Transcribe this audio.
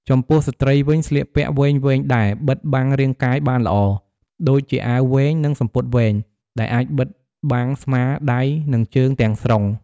ចំពោះស្ត្រីវិញ៖ ស្លៀកពាក់វែងៗដែល បិទបាំងរាងកាយបានល្អ ដូចជាអាវវែង និងសំពត់វែង ដែលអាចបិទបាំងស្មា ដៃ និងជើងទាំងស្រុង។